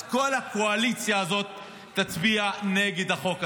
אז כל הקואליציה הזאת תצביע נגד החוק הזה.